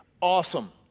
awesome